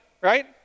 right